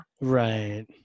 Right